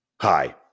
Hi